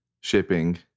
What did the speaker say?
shipping